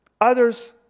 others